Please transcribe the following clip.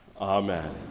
Amen